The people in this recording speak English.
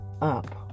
up